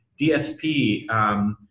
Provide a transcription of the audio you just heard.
DSP